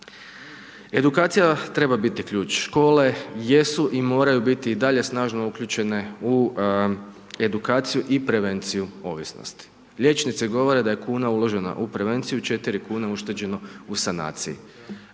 Edukacija treba biti ključ škole, jesu i moraju biti snažno uključene u edukaciju prevenciju ovisnosti. Liječnice govore da je kuna uložena u prevenciju, 4 kune ušteđeno u sanacije.